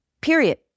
Period